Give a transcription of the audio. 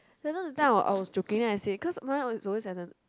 then you know that time I was joking then I say cause mine is always at the